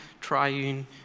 triune